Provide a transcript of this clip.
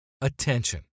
Attention